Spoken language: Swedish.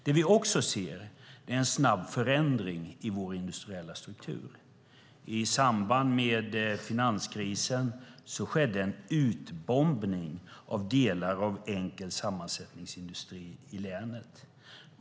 Det vi också ser är en snabb förändring i vår industriella struktur. I samband med finanskrisen skedde en utbombning av delar av enkel sammansättningsindustri i länet.